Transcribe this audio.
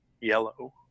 yellow